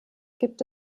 gibt